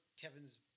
Kevin's